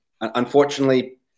unfortunately